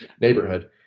neighborhood